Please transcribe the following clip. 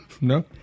No